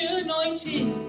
anointing